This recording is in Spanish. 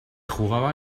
jugaba